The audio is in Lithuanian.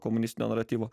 komunistinio naratyvo